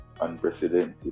unprecedented